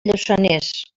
lluçanès